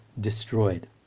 destroyed